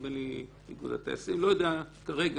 לא יודע כרגע,